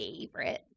favorite